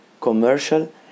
commercial